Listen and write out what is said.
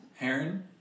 Aaron